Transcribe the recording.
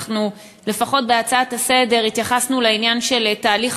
ולפחות בהצעה לסדר-היום התייחסנו לעניין של תהליך